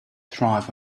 thrive